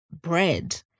bread